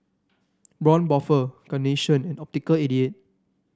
Braun Buffel Carnation and Optical eighty eight